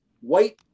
white